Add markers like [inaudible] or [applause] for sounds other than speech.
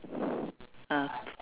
[breath] ah